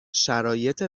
شرایط